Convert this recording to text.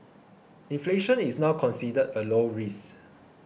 inflation is now considered a low risk